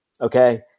Okay